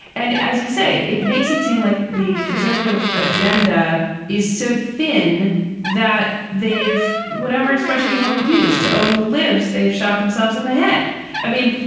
and as you say, it makes it seem like the conservative agenda is so thin that they've whatever expression you want to use to own the lives they've shot themselves in the head i mean,